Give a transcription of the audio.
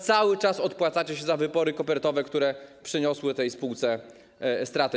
Cały czas odpłacacie się za wybory kopertowe, które przyniosły tej spółce straty.